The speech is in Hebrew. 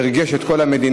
וזה ריגש את כל המדינה.